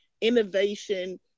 innovation